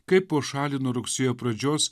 kaip po šalį nuo rugsėjo pradžios